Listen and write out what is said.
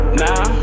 now